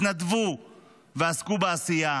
התנדבו ועסקו בעשייה.